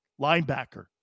Linebacker